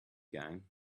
gang